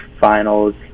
Finals